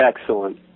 Excellent